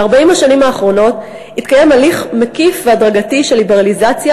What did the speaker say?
ב-40 השנים האחרונות התקיים הליך מקיף והדרגתי של ליברליזציה